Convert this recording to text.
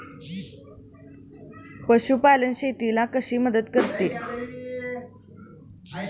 पशुपालन शेतीला कशी मदत करते?